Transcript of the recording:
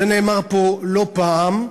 זה נאמר פה לא פעם,